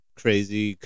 crazy